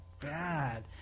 bad